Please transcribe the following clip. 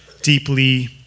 deeply